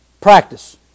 Practice